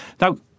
Now